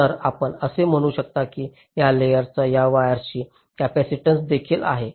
तर आपण असे म्हणू शकता की या लेयर्सात या वायरची कपॅसिटीन्स देखील आहे